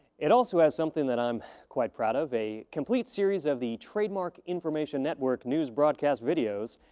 it also has something that i'm quite proud of a complete series of the trademark information network news broadcast videos,